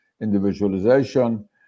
individualization